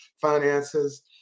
finances